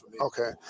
Okay